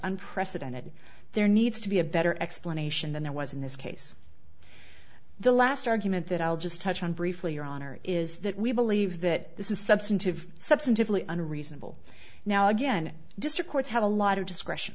unprecedented there needs to be a better explanation than there was in this case the last argument that i'll just touch on briefly your honor is that we believe that this is substantive substantively unreasonable now again district courts have a lot of discretion